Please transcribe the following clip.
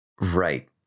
Right